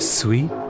Sweet